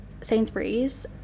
Sainsbury's